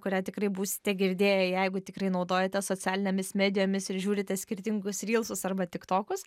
kurią tikrai būsite girdėję jeigu tikrai naudojatės socialinėmis medijomis ir žiūrite skirtingus rylsus arba tik tokus